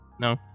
No